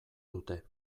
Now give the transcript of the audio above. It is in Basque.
dute